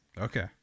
Okay